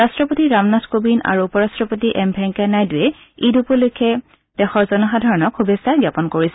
ৰাষ্ট্ৰপতি ৰামনাথ কোবিন্দ আৰু উপ ৰাষ্ট্ৰপতি এম ভেংকায়া নাইডুৱে ঈদ উপলক্ষে দেশবাসীলৈ শুভেচ্ছা জাপন কৰিছে